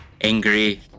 angry